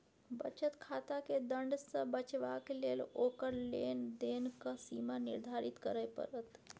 बचत खाताकेँ दण्ड सँ बचेबाक लेल ओकर लेन देनक सीमा निर्धारित करय पड़त